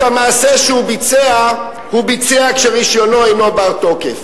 את המעשה שהוא ביצע הוא ביצע כשרשיונו אינו בר-תוקף.